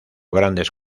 grandes